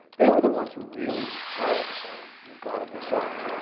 they were the ones who really had you know god on their side.